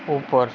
ઉપર